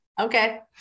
Okay